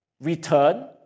return